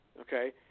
okay